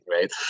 right